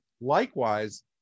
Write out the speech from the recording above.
Likewise